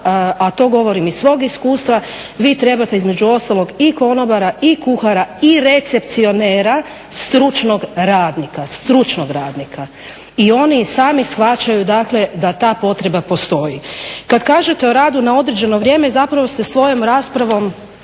a to govorim iz svog iskustva, vi trebate između ostalog i konobara i kuhara i recepcionera stručnog radnika, stručnog radnika. I oni i sami shvaćaju dakle da ta potreba postoji. Kad kažete o radu na određeno vrijeme zapravo ste svojom raspravom